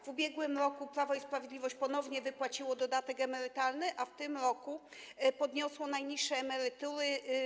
W ubiegłym roku Prawo i Sprawiedliwość ponownie wypłaciło dodatek emerytalny, a w tym roku podniosło najniższe emerytury.